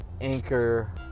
Anchor